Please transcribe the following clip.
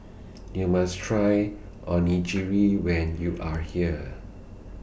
YOU must Try Onigiri when YOU Are here